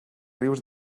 rius